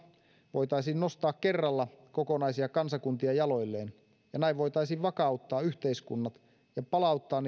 voitaisiin nostaa kerralla kokonaisia kansakuntia jaloilleen ja näin voitaisiin vakauttaa yhteiskunnat ja palauttaa